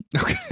Okay